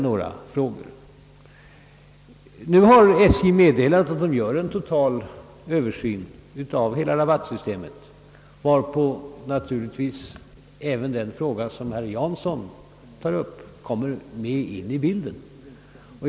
SJ har meddelat att man gör en total översyn av hela rabattsystemet, varvid naturligtvis även den fråga som herr Jansson nu har tagit upp kommer in i bilden.